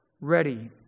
ready